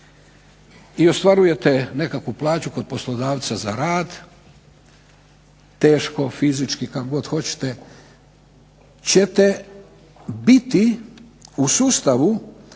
i ostvarujete nekakvu plaću kod poslodavca za rad teško, fizički, kako god hoćete, ćete biti u sustavu